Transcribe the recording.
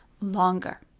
longer